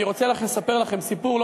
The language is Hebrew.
אני רוצה לספר לכם סיפור.